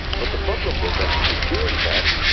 but the problem was that in doing that,